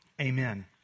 Amen